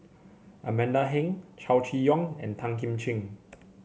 Amanda Heng Chow Chee Yong and Tan Kim Ching